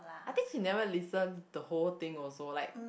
I think she never listen the whole thing also like